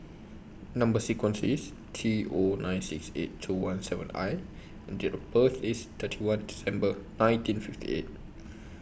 Number sequence IS T O nine six eight two one seven I and Date of birth IS thirty one December nineteen fifty eight